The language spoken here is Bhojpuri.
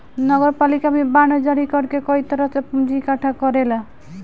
नगरपालिका भी बांड जारी कर के कई तरह से पूंजी इकट्ठा करेला